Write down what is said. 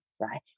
right